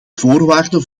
voorwaarde